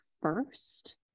first